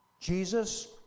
Jesus